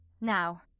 Now